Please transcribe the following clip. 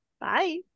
bye